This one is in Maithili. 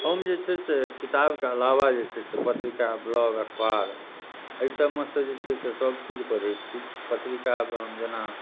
हम जे छै से किताबके अलावा जे छै से पत्रिका ब्लॉग अखबार एहि सभमे से जे छै से सभ चीज पढ़ै छी पत्रिकामे हम जेना